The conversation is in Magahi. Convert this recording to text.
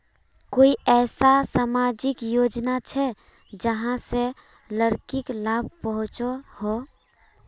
कोई ऐसा सामाजिक योजना छे जाहां से लड़किक लाभ पहुँचो हो?